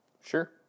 Sure